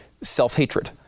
Self-hatred